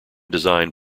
designed